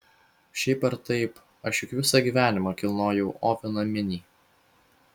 šiaip ar taip aš juk visą gyvenimą kilnojau oveną minį